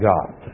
God